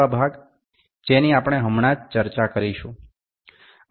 যন্ত্রটির চলনযোগ্য অংশ যা আমরা কেবল আলোচনা করব